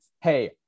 hey